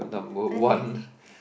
and they say